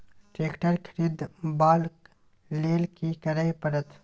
Tractor खरीदबाक लेल की करय परत?